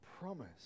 promise